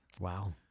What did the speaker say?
Wow